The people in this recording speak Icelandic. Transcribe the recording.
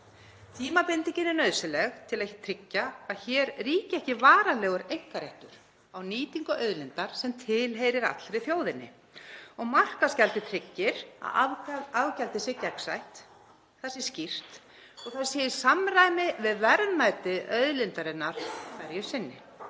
Tímabindingin er nauðsynleg til að tryggja að hér ríki ekki varanlegur einkaréttur á nýtingu auðlindar sem tilheyrir allri þjóðinni og markaðsgjaldið tryggir að afgjaldið sé gegnsætt, skýrt og í samræmi við verðmæti auðlindarinnar hverju sinni.